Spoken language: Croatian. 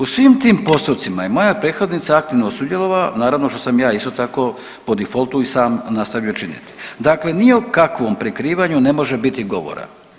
U svim tim postupcima je moja prethodnica aktivno sudjelovala, naravno što sam ja isto tako po difoltu i sam nastavio činiti, dakle ni o kakvom prikrivanju ne može biti govora.